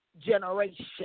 generation